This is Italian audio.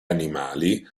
animali